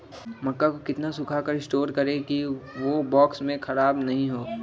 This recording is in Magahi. मक्का को कितना सूखा कर स्टोर करें की ओ बॉक्स में ख़राब नहीं हो?